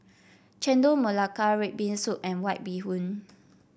Chendol Melaka red bean soup and White Bee Hoon